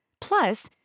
Plus